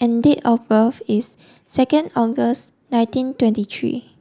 and date of birth is second August nineteen twenty three